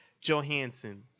johansson